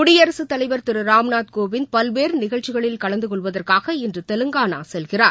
குடியரசுத் தலைவர் திருராம்நாத் கோவிந்த் பல்வேறுநிகழ்ச்சிகளில் கலந்துகொள்வதற்காக இன்றுதெலங்கானாசெல்கிறார்